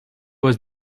was